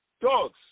dogs